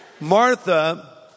Martha